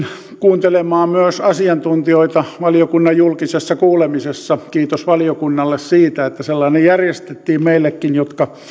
kuuntelemaan myös asiantuntijoita valiokunnan julkisessa kuulemisessa kiitos valiokunnalle siitä että sellainen järjestettiin meillekin jotka